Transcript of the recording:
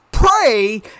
Pray